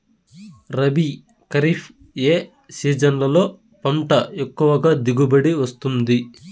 రబీ, ఖరీఫ్ ఏ సీజన్లలో పంట ఎక్కువగా దిగుబడి వస్తుంది